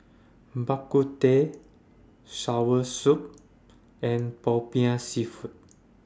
Bak Kut Teh Soursop and Popiah Seafood